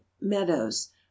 meadows